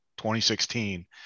2016